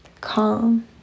calm